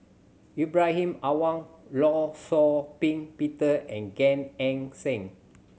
Ibrahim Awang Law Shau Ping Peter and Gan Eng Seng